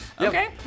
Okay